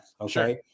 okay